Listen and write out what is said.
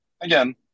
Again